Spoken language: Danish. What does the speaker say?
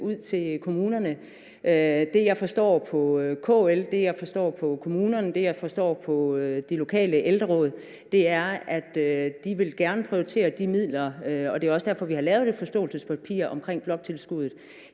til kommunerne. Det, jeg forstår på KL, det, jeg forstår på kommunerne, og det, jeg forstår på de lokale ældreråd, er, at de gerne vil prioritere de midler, og det er også derfor, vi har lavet det forståelsespapir omkring bloktilskuddet.